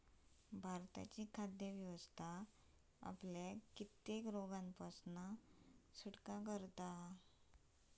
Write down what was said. भारताची खाद्य व्यवस्था आपल्याक कित्येक रोगांपासना सुटका करता